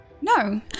No